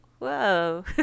whoa